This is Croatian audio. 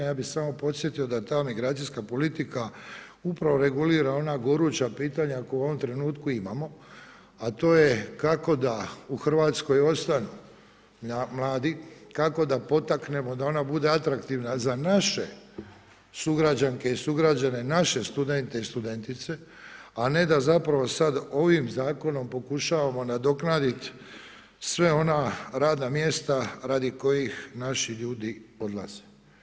Ja bih samo podsjetio da ta migracijska politika upravo regulira ona goruća pitanja koja u ovom trenutku imamo, a to je da kako da u Hrvatskoj ostanu mladi, kako da potaknemo da ona bude atraktivna za naše sugrađanke i sugrađane, naše studente i studentice, a ne da zapravo sada ovim zakonom pokušavamo nadoknaditi sva ona radna mjesta radi kojih naši ljudi odlaze.